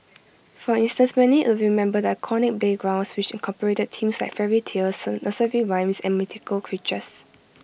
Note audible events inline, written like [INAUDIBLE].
for instance many [UNINTELLIGIBLE] remember the iconic playgrounds which incorporated themes like fairy tales nursery rhymes and mythical creatures